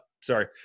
sorry